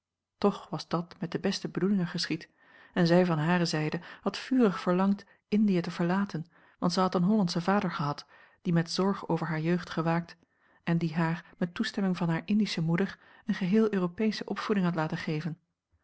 toch was dat met de beste bedoelingen geschied en zij van hare zijde had vurig verlangd indië te verlaten want zij had een hollandschen vader gehad die met zorg over hare jeugd gewaakt en die haar met toestemming van hare indische moeder eene geheel europeesche opvoeding had laten geven